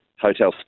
Hotel